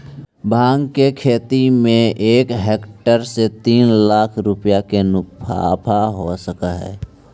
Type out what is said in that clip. भाँग के खेती में एक हेक्टेयर से तीन लाख रुपया के मुनाफा हो सकऽ हइ